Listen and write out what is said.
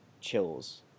chills